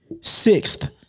sixth